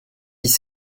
dix